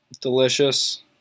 delicious